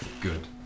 good